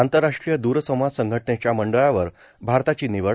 आंतरराष्ट्रीय द्रसंवाद संघटनेच्या मंडळावर भारताची निवड